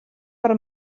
per